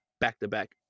back-to-back